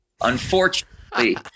unfortunately